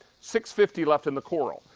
six fifty, left in the quarrel.